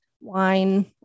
wine